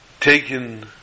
taken